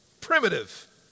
primitive